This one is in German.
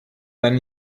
dann